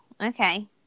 Okay